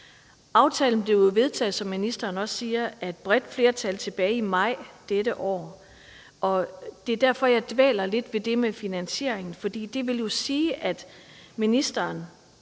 Aftalen blev, som ministeren også siger, vedtaget af et bredt flertal tilbage i maj dette år. Det er derfor, jeg dvæler lidt ved det med finansieringen, for det vil jo sige, at ministeren